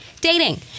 dating